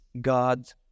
God